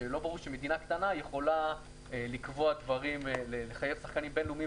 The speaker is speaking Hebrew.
שלא ברור שמדינה קטנה יכולה לקבוע דברים ולחייב שחקנים בין-לאומיים